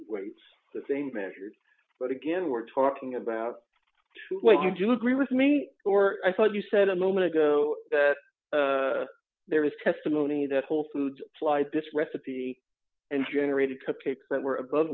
weights that they measured but again we're talking about what you do agree with me or i thought you said a moment ago that there is testimony that wholefoods flight this recipe and generated cupcakes that were above